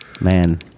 Man